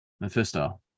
Mephisto